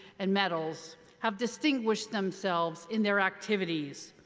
and medals have distinguished themselves in their activities.